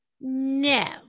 No